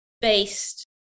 based